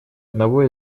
одного